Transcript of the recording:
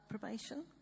probation